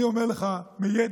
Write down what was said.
אני אומר לך מידע